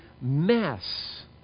mess